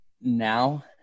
now